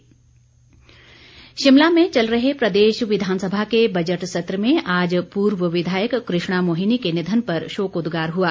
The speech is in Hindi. शोकोदगार शिमला में चल रहे प्रदेश विधानसभा के बजट सत्र में आज पूर्व विधायक कृष्णा मोहिनी के निधन पर शोकोदगार हुआ